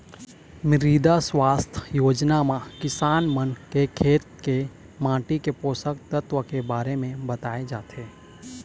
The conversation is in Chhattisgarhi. मृदा सुवास्थ योजना म किसान मन के खेत के माटी के पोसक तत्व के बारे म बताए जाथे